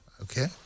Okay